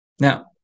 Now